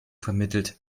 vermittelt